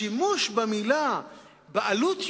השימוש במלה "בעלות יובל"